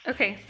Okay